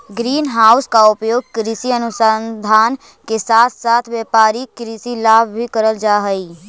green house का उपयोग कृषि अनुसंधान के साथ साथ व्यापारिक कृषि ला भी करल जा हई